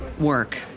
work